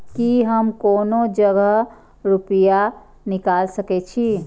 की हम कोनो जगह रूपया निकाल सके छी?